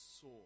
saw